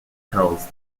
tells